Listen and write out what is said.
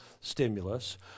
stimulus